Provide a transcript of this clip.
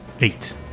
Eight